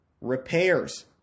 repairs